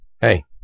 hey